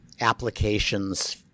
applications